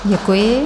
Děkuji.